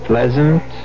Pleasant